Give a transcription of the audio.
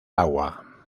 agua